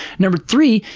number three,